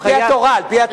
על-פי התורה.